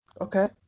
Okay